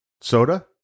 soda